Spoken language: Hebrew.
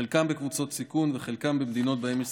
חלקם בקבוצות סיכון וחלקם ממדינות שבהן יש